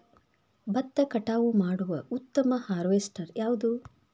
ಭತ್ತ ಕಟಾವು ಮಾಡುವ ಉತ್ತಮ ಹಾರ್ವೇಸ್ಟರ್ ಯಾವುದು?